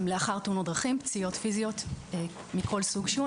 לאחר תאונות דרכים ופציעות פיזיות מכל סוג שהוא.